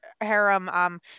harem